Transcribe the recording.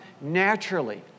naturally